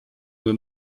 nur